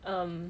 um